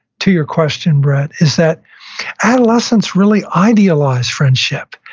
to your question, brett, is that adolescents really idealize friendship.